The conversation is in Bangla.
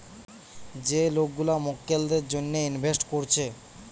যে লোক গুলা মক্কেলদের জন্যে ইনভেস্ট কোরছে